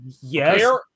Yes